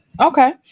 Okay